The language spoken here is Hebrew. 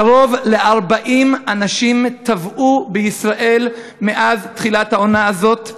קרוב ל-40 אנשים טבעו בישראל מאז תחילת העונה הזאת,